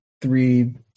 three